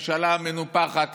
הממשלה המנופחת,